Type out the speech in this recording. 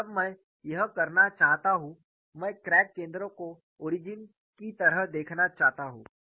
और जब मैं यह करना चाहता हूं मैं क्रैक केंद्र को ओरिजिन की तरह देखना चाहता हूं